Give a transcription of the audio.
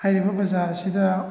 ꯍꯥꯏꯔꯤꯕ ꯕꯖꯥꯔ ꯑꯁꯤꯗ